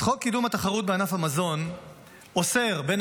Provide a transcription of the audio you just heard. אז חוק קידום התחרות בענף המזון אוסר בין